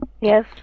Yes